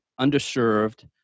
underserved